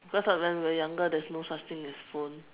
cause when we are younger there is no such thing as phone